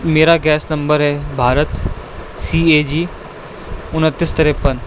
میرا gas number ہے Bharat C A G انتیس تریپن